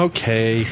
Okay